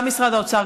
גם משרד האוצר,